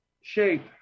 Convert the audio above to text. shape